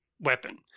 weapon